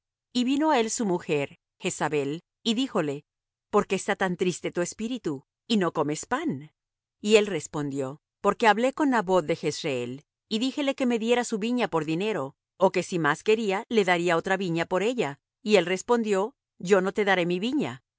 y vino á él su mujer jezabel y díjole por qué está tan triste tu espíritu y no comes pan y él respondió porque hablé con naboth de jezreel y díjele que me diera su viña por dinero ó que si más quería le daría otra viña por ella y él respondió yo no te daré mi viña